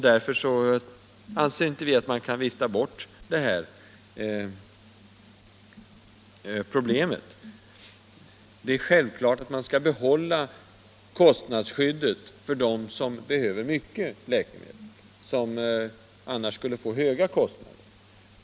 Därför anser inte vi att man kan vifta bort det här problemet. Det är självklart att man skall behålla kostnadsskyddet för dem som behöver mycket läkemedel och som annars skulle få höga kostnader.